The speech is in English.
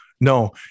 no